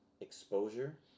exposure